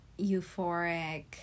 euphoric